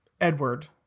Edward